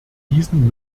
diesen